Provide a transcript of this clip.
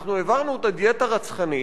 אנחנו העברנו אותה דיאטה רצחנית,